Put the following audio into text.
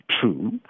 true